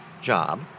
job